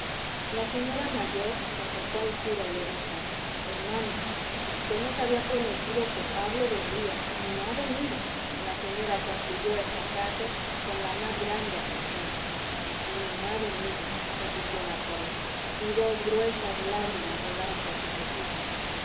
la señora mayor se acercó al cura y le dijo hermano vd nos había prometido que pablo vendría y no ha venido la señora concluyó esta frase con la más grande aflicción sí no ha venido repitió la joven y dos gruesas lágrimas rodaron por sus mejillas